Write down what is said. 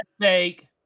fake